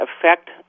affect